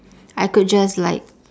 I could just like